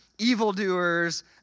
evildoers